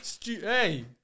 hey